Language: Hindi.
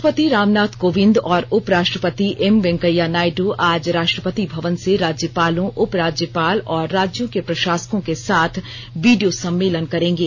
राष्ट्रपति राम नाथ कोविंद और उपराष्ट्रपति एम वेंकैया नायडू आज राष्ट्रपति भवन से राज्यपालों उपराज्यपाल और राज्यों के प्रशासकों के साथ वीडियो सम्मेलन करेंगे